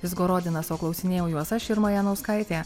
izgorodinas o klausinėjau juos aš irma janauskaitė